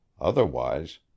Otherwise